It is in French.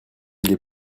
les